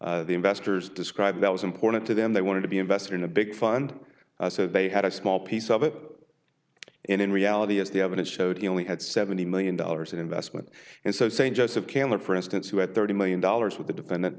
the investors described that was important to them they wanted to be invested in a big fund said they had a small piece of it in reality as the evidence showed he only had seventy million dollars in investment and so st joseph can look for instance who had thirty million dollars with the defendant